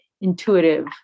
intuitive